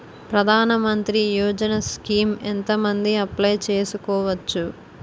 ప్రధాన మంత్రి యోజన స్కీమ్స్ ఎంత మంది అప్లయ్ చేసుకోవచ్చు?